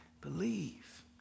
Believe